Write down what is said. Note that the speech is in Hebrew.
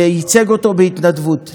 וייצג אותו בהתנדבות,